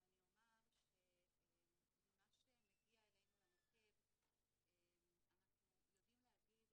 ואני אומר שממה שמגיע אלינו למוקד אנחנו יודעים להגיד,